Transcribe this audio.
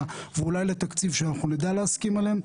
ואולי לתקציב שאנחנו נדע להסכים עליהם.